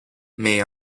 mais